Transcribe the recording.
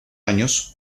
años